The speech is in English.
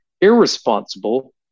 irresponsible